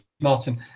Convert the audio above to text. Martin